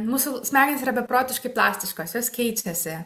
mūsų smegenys yra beprotiškai plastiškos jos keičiasi